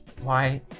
Why-